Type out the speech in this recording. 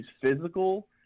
physical